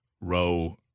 row